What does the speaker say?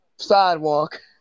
Sidewalk